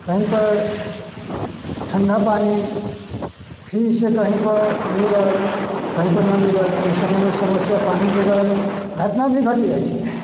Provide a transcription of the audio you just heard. कही पर ठंडा पानि फ़्रिज से कही पर मिलल कही पर नहि मिलल ओहि समय पर समस्या पानि के रहल घटना भी घटि जाइ छै